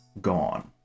gone